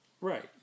Right